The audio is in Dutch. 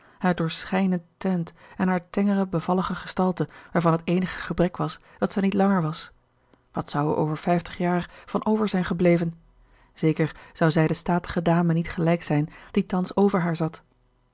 hare doorschijnend teint en hare tengere bevallige gestalte waarvan het eenige gebrek was dat zij niet langer was wat zou er over vijftig jaar van over zijn gebleven zeker zou zij de statige dame niet gelijk zijn die thans over haar zat